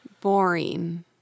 boring